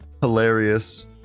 Hilarious